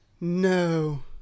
No